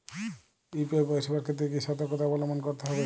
UPI পরিসেবার ক্ষেত্রে কি সতর্কতা অবলম্বন করতে হবে?